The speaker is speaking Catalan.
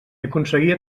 aconseguia